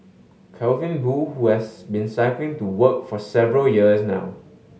Calvin Boo who has been cycling to work for several years now